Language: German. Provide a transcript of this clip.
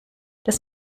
das